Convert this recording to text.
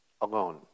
alone